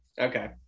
Okay